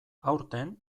aurten